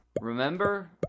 Remember